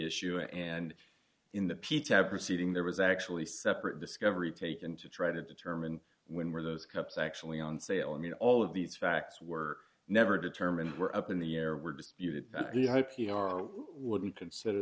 issue and in the peta proceeding there was actually separate discovery taken to try to determine when were those cups actually on sale i mean all of these facts were never determined were up in the air were disputed by p r would be consider